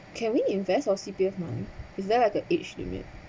can we invest our C_P_F money is there like a age limit